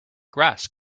grass